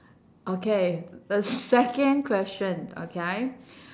okay the second question okay